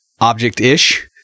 object-ish